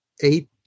eight